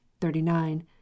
thirty-nine